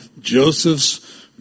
Joseph's